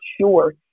sure